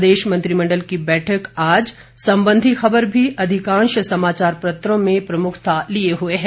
प्रदेश मंत्रिमंडल की बैठक आज संबंधी खबर भी अधिकांश समाचार पत्रों में प्रमुखता लिये हुए है